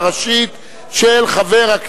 כלכלה.